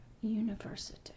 University